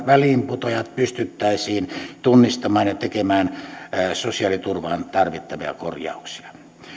väliinputoajat pystyttäisiin tunnistamaan ja tekemään sosiaaliturvaan tarvittavia korjauksia